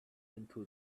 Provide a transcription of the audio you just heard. into